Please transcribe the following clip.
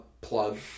plug